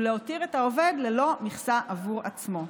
ולהותיר את העובד ללא מכסה בעבור עצמו.